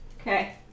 Okay